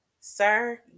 sir